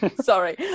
Sorry